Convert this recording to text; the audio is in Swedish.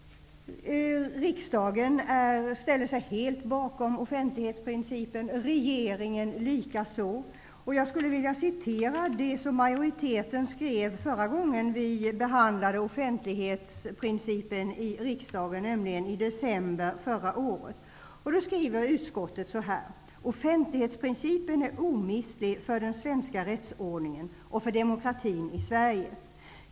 Riksdagen ställer sig helt bakom offentlighetsprincipen, och regeringen likaså. Jag vill citera det som majoriteten skrev förra gången vi behandlade offentlighetsprincipen i riksdagen, nämligen i december förra året. Utskottet skrev följande: ''Offentlighetsprincipen är omistlig för den svenska rättsordningen och för demokratin i Sverige.